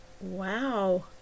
Wow